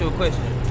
question.